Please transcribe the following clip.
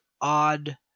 odd